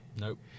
Nope